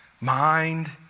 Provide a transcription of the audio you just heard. Mind